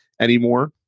anymore